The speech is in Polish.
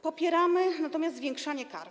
Popieramy natomiast zwiększanie kar.